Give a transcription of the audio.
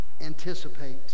anticipate